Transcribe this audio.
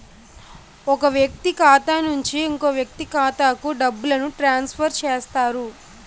ఒక వ్యక్తి ఖాతా నుంచి ఇంకో వ్యక్తి ఖాతాకు డబ్బులను ట్రాన్స్ఫర్ చేస్తారు